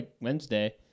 wednesday